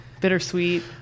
bittersweet